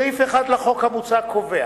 סעיף 238 לחוק קובע